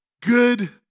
good